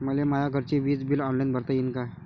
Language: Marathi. मले माया घरचे विज बिल ऑनलाईन भरता येईन का?